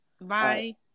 bye